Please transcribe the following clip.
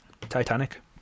Titanic